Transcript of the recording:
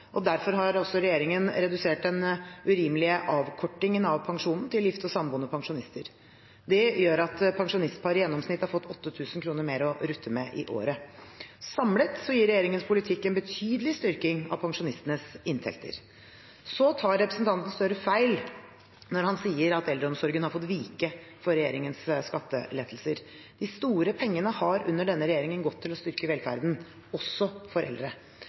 Derfor har også regjeringen redusert den urimelige avkortingen av pensjonen til gifte og samboende pensjonister. Det gjør at pensjonistpar i gjennomsnitt har fått 8 000 kr mer å rutte med i året. Samlet gir Regjeringens politikk en betydelig styrking av pensjonistenes inntekter. Så tar representanten Gahr Støre feil når han sier at eldreomsorgen har fått vike for regjeringens skattelettelser. De store pengene har under denne regjeringen gått til å styrke velferden – også for eldre.